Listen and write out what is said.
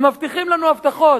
ומבטיחים לנו הבטחות.